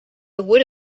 would